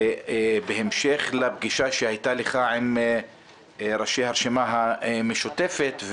בהמשך לפגישה שהייתה לך עם ראשי הרשימה המשותפת,